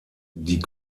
die